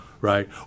right